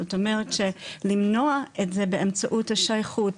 זאת אומרת שלמנוע את זה באמצעות השייכות,